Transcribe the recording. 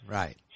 right